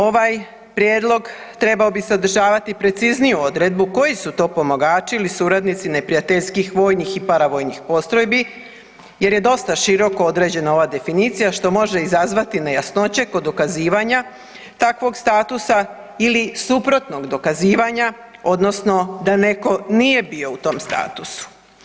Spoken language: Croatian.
Ovaj prijedlog trebao bi sadržavati precizniju odredbu koji su to pomagači ili suradnici neprijateljskih vojnih i paravojnih postrojbi jer je dosta široko određena ova definicija što može izazvati nejasnoće kod dokazivanja takvog statusa ili suprotnog dokazivanja, odnosno da netko nije bio u tom statusu.